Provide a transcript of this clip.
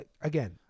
again